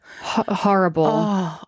horrible